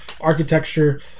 architecture